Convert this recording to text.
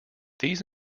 these